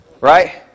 Right